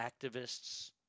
activists